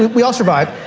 we all survived.